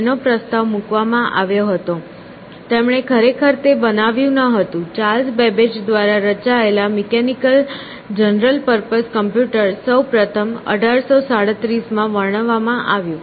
તેનો પ્રસ્તાવ મૂકવામાં આવ્યો હતો તેમણે ખરેખર તે બનાવ્યું ન હતું ચાર્લ્સ બેબેજ દ્વારા રચાયેલ મિકેનિકલ જનરલ પર્પઝ કમ્પ્યુટર સૌ પ્રથમ 1837 માં વર્ણવવામાં આવ્યું